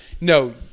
No